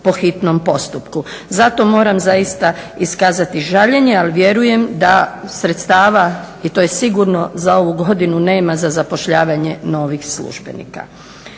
po hitnom postupku. Zato moram zaista iskazati žaljenje, ali vjerujem da sredstava i to je sigurno, za ovu godinu nema za zapošljavanje novih službenika.